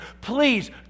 please